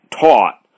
taught